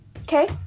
Okay